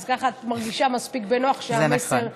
אז ככה את מרגישה מספיק בנוח שהמסר יעבור.